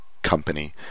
company